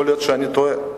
יכול להיות שאני טועה.